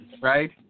Right